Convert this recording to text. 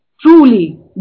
truly